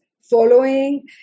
following